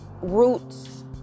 roots